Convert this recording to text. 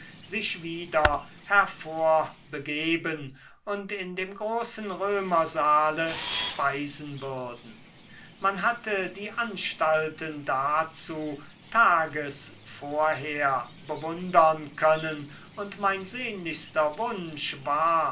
sich wieder hervorbegeben und in dem großen römersaale speisen würden man hatte die anstalten dazu tages vorher bewundern können und mein sehnlichster wunsch war